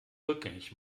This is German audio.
rückgängig